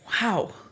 Wow